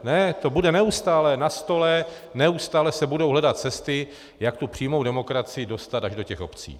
Ne, to bude neustále na stole, neustále se budou hledat cesty, jak tu přímou demokracii dostat až do obcí.